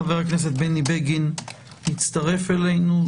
חבר הכנסת בני בגין הצטרף אלינו,